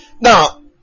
Now